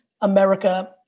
America